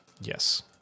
Yes